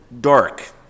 dark